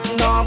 no